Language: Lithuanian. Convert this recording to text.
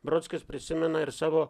brodskis prisimena ir savo